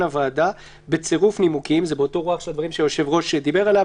הוועדה בצירוף נימוקים" זה באותה רוח של הדברים שהיושב-ראש דיבר עליהם,